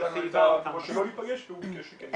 שלנו הייתה שלא להיפגש והוא ביקש שכן ניפגש.